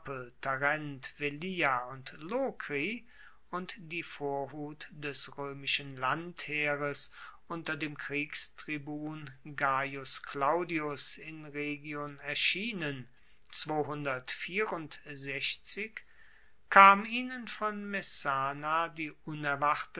tarent velia und lokri und die vorhut des roemischen landheeres unter dem kriegstribun gaius claudius in rhegion erschienen kam ihnen von messana die unerwartete